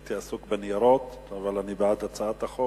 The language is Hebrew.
הייתי עסוק בניירות, אבל אני בעד הצעת החוק.